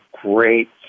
great